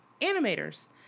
animators